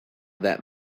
that